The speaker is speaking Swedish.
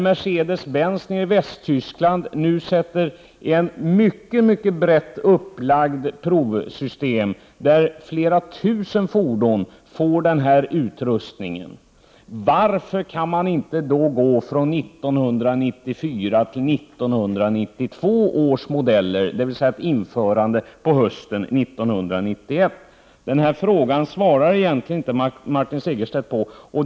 Mercedes Benzi Västtyskland genomför nu ett brett upplagt provsystem, där flera tusen fordon får denna utrustning. Varför kan man då inte gå från 1994 års till 1992 års modeller, dvs. ta utrustningen i bruk hösten 1991? Den frågan svarar inte Martin Segerstedt på.